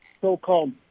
so-called